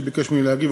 שביקש ממני להגיב.